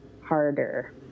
harder